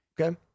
Okay